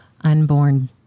unborn